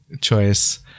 choice